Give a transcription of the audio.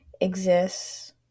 exists